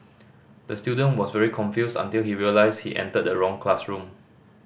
the student was very confused until he realised he entered the wrong classroom